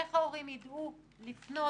איך ההורים יידעו לפנות,